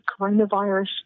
coronavirus